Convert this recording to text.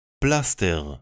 Plaster